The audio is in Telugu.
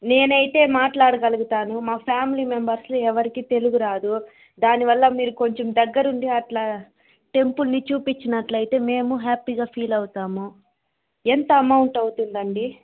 నేనైతే మట్లాడగలుగుతాను మా ఫ్యామిలీ మెంబర్స్లో ఎవరికీ తెలుగు రాదు దానివల్ల మీరు కొంచెం దగ్గరుండి అట్లా టెంపుల్ని చూపించినట్లైతే మేమూ హ్యాప్పీగా ఫీల్ అవుతాము ఎంత అమౌంట్ అవుతుందండీ